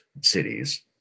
cities